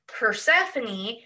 Persephone